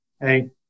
hey